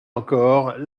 encore